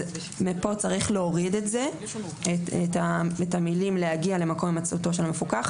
מפה צריך להוריד את המילים "להגיע למקום הימצאותו של המפוקח",